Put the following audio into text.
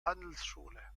handelsschule